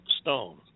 Stone